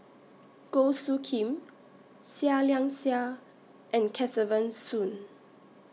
Goh Soo Khim Seah Liang Seah and Kesavan Soon